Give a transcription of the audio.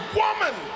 woman